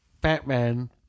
Batman